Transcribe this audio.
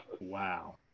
Wow